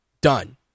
done